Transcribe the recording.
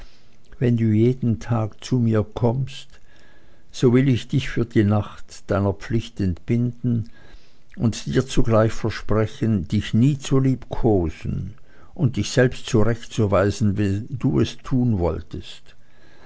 wenn du jeden tag zu mir kommst so will ich dich für die nacht deiner pflicht entbinden und dir zugleich versprechen dich nie zu liebkosen und dich selbst zurechtzuweisen wenn du es tun wolltest